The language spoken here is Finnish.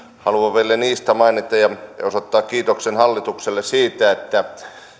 haluan vielä niistä mainita ja osoittaa kiitoksen hallitukselle siitä että